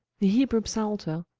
the hebrew psalter,